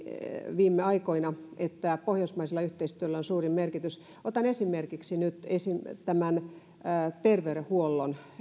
viime aikoina että pohjoismaisella yhteistyöllä on suuri merkitys otan esimerkiksi nyt terveydenhuollon